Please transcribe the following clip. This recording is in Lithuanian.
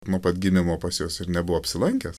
nuo pat gimimo pas juos ir nebuvo apsilankęs